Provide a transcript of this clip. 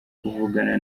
kuvugana